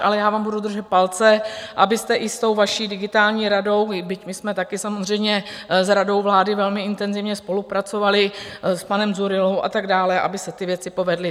Ale já vám budu držet palce, abyste i s tou vaší digitální radou byť my jsme taky samozřejmě s radou vlády velmi intenzivně spolupracovali, s panem Dzurillou a tak dále aby se ty věci povedly.